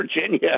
Virginia